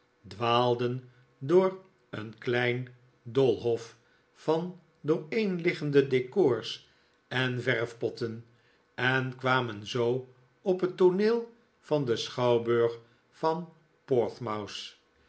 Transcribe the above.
dwaalden door een kleinen doolhof van dooreen liggende decors en verfpotten en kwamen zoo op het tooneel van den schouwburg van